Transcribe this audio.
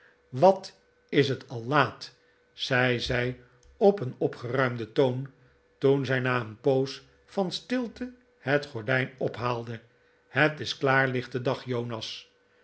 wat is het al laat zei zij op een opgeruimden toon toen zij na een poos van stilte het gordijn ophaalde t het is klaarlichte dag jonas